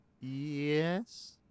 Yes